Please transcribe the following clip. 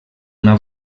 una